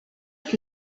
que